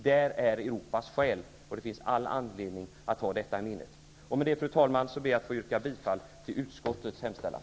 Där är Europas själ, och det finns all anledning att ha detta i minnet. Med detta, fru talman, yrkar jag bifall till utskottets hemställan.